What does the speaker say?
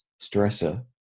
stressor